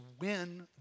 win